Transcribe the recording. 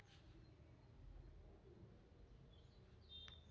ಹತೋಟಿ ಸಾಲನ ಬ್ಯಾರೆ ಸಾಲಕ್ಕ ಹೊಲ್ಸಿದ್ರ ಯೆನ್ ಫರ್ಕೈತಿ?